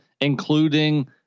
including